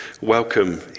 welcome